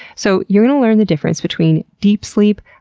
so you're gonna learn the difference between deep sleep,